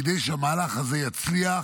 כדי שהמהלך הזה יצליח.